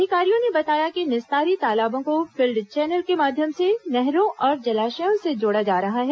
अधिकारियों ने बताया कि निस्तारी तालाबों को फील्ड चैनल के माध्यम से नहरों और जलाशयों से जोड़ा जा रहा है